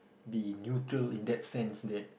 be neutral in that sense that